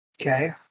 okay